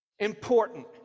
Important